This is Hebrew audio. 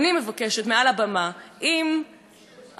אם אמרו שצריך לתת איזו אלטרנטיבה,